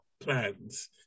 plans